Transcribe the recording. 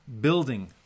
building